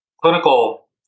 clinical